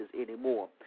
anymore